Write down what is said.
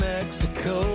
Mexico